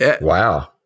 Wow